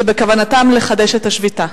ובכוונתם לחדש את השביתה.